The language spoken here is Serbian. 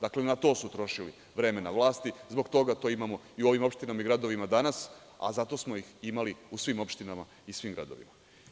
Dakle, na to su trošili vreme na vlasti, zbog toga to imamo i u ovim opštinama i gradovima danas, a zato smo ih imali u svim opštinama i svim gradovima.